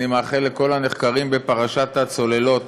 אני מאחל לכל הנחקרים בפרשת הצוללות